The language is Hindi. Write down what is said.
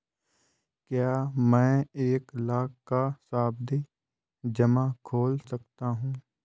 क्या मैं एक लाख का सावधि जमा खोल सकता हूँ?